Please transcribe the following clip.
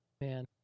man